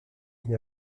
n’y